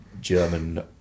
German